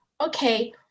okay